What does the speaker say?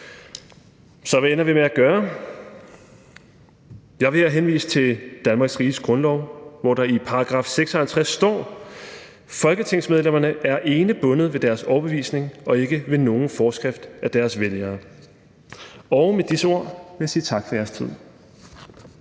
Så hvad ender vi med at gøre? Der vil jeg henvise til Danmarks Riges Grundlov, hvor der i § 56 står: »Folketingsmedlemmerne er ene bundet ved deres overbevisning og ikke ved nogen forskrift af deres vælgere.« Og med disse ord vil jeg sige tak for jeres tid.